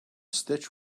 stitch